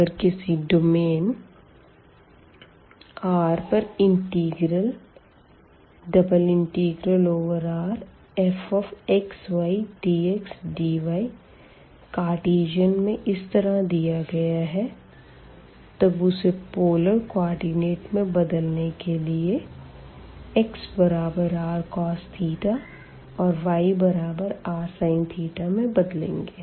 अगर किसी domain R पर इंटीग्रल ∬Rfxydxdy कार्टीजन में इस तरह दिया गया है तब उसे पोलर कोऑर्डिनेट में बदलने के लिए xrcos औरyrsin में बदलेंगे